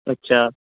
اچھا